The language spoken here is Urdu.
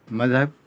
مذہب